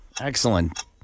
Excellent